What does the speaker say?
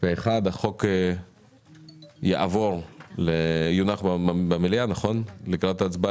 היא כמובן היתה אמורה להיות נידונה בוועדת העלייה והקליטה,